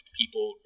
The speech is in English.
people